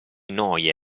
noie